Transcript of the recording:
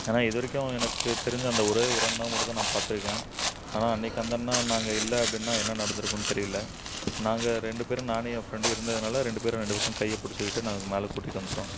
ஆனால் இது வரைக்கும் எனக்கு தெரிஞ்ச அந்த ஒரே ஒரு அண்ணா மட்டும் தான் நான் பார்த்துருக்கேன் ஆனால் அன்றைக்கி அந்தண்ணா நாங்கள் இல்லை அப்படின்னா என்ன நடந்திருக்குன்னு தெரியல நாங்கள் ரெண்டு பேரும் நானும் என் ஃப்ரெண்டும் இருந்ததுனால் ரெண்டு பேரும் ரெண்டு பக்கம் கையை பிடிச்சிக்கிட்டு நாங்கள் மேலே கூட்டிகிட்டு வந்துவிட்டோம்